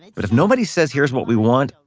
but if nobody says, here's what we want.